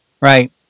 right